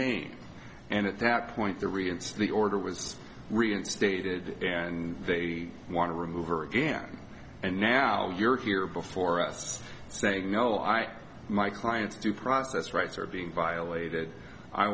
name and at that point the rience the order was reinstated and they want to remove her again and now you're here before us saying no i my client's due process rights are being violated i